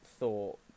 thought